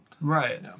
Right